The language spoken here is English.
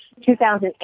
2008